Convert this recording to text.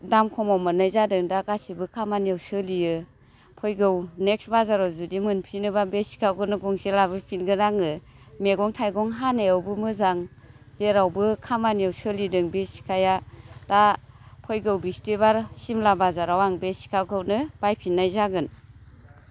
दाम खमाव मोन्नाय जादों दा गासैबो खामानियाव सोलियो फैगौ नेक्स बाजाराव जुदि मोनफिनोबा बे सिखाखौनो गंसे लाबोफिनगोन आङो मैगं थाइगं हानायावबो मोजां जेरावबो खामानियाव सोलिदों बे सिखाया दा फैगौ बिस्थिबारसिम सिमला बाजाराव आं बे सिखाखौनो बायफिनाय जागोन